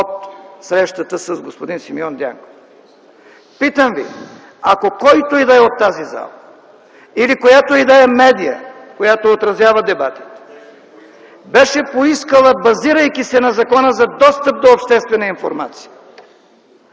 от срещата с господин Симеон Дянков. Питам ви: ако който и да е от тази зала или която и да е медия, която отразява дебатите, беше поискала, базирайки се на Закона за достъп до обществена информация,